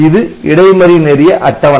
இது இடைமறி நெறிய அட்டவணை